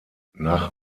nach